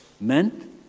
meant